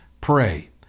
pray